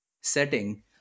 setting